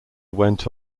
went